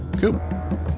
Cool